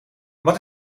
wat